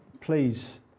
please